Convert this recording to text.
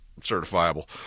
certifiable